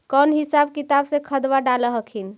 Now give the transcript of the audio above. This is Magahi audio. कौन हिसाब किताब से खदबा डाल हखिन?